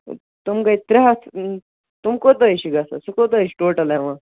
تِم گٔے ترٛےٚ ہَتھ تِم کوتاہ حظ چھِ گژھان سُہ کوتاہ حظ چھِ ٹوٹَل یِوان